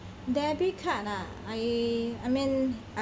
debit card ah I I mean I